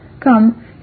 Come